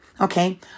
okay